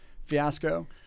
fiasco